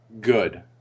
good